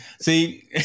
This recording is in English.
See